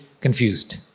confused